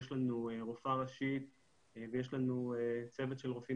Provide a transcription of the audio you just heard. יש לנו רופאה ראשית ויש לנו צוות של רופאים